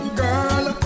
girl